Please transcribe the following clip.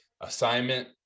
assignment